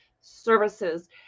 services